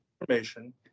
Information